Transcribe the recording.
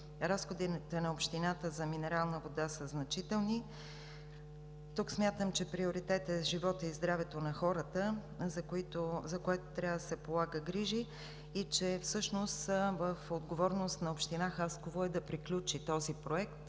разходите на Общината за минерална вода са значителни. Тук смятам, че приоритет е животът и здравето на хората, за което трябва да се полагат грижи. Всъщност в отговорност на Община Хасково е да приключи този проект,